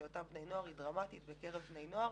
אותם בני נוער היא דרמטית בקרב בני נוער,